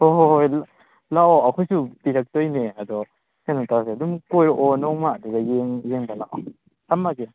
ꯍꯣꯏ ꯍꯣꯏ ꯍꯣꯏ ꯑꯗꯨ ꯂꯥꯛꯑꯣ ꯑꯩꯈꯣꯏꯁꯨ ꯄꯤꯔꯛꯇꯣꯏꯅꯦ ꯑꯗꯣ ꯀꯩꯅꯣ ꯇꯧꯁꯦ ꯑꯗꯨꯝ ꯀꯣꯏꯔꯛꯑꯣ ꯅꯣꯡꯃ ꯑꯗꯨꯒ ꯌꯦꯡ ꯌꯦꯡꯕ ꯂꯥꯛꯑꯣ ꯊꯝꯃꯒꯦ